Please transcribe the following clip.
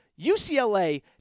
UCLA